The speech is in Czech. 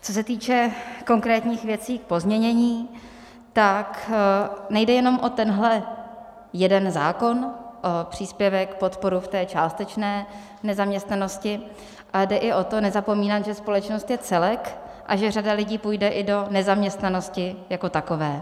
Co se týče konkrétních věcí k pozměnění, tak nejde jenom o tenhle jeden zákon, o příspěvek, podporu v částečné nezaměstnanosti, ale jde i o to, nezapomínat, že společnost je celek a že řada lidí půjde i do nezaměstnanosti jako takové.